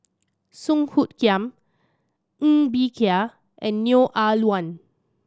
Song Hoot Kiam Ng Bee Kia and Neo Ah Luan